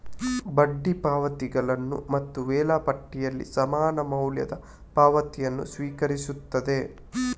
ಬಡ್ಡಿ ಪಾವತಿಗಳನ್ನು ಮತ್ತು ವೇಳಾಪಟ್ಟಿಯಲ್ಲಿ ಸಮಾನ ಮೌಲ್ಯದ ಪಾವತಿಯನ್ನು ಸ್ವೀಕರಿಸುತ್ತದೆ